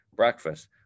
breakfast